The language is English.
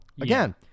again